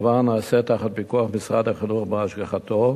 הדבר נעשה בפיקוח משרד החינוך ובהשגחתו,